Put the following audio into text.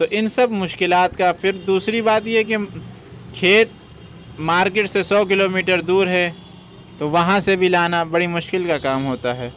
تو اِن سب مشکلات کا پھر دوسری بات یہ ہے کہ ہم کھیت مارکیٹ سے سو کلو میٹر دور ہے تو وہاں سے بھی لانا بڑی مشکل کا کام ہوتا ہے